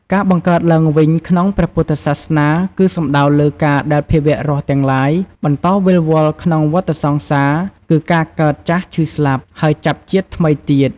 ការបង្កើតឡើងវិញក្នុងព្រះពុទ្ធសាសនា គឺសំដៅលើការដែលភាវៈរស់ទាំងឡាយ បន្តវិលវល់នៅក្នុងវដ្តសង្សារ គឺការកើត ចាស់ ឈឺ ស្លាប់ ហើយចាប់ជាតិថ្មីទៀត។